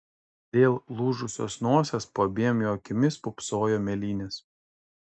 dėl lūžusios nosies po abiem jo akimis pūpsojo mėlynės